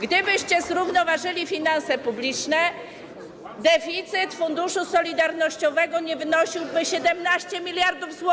Gdybyście zrównoważyli finanse publiczne, deficyt Funduszu Solidarnościowego nie wynosiłby 17 mld zł.